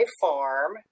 farm